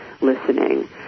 listening